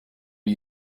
are